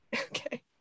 Okay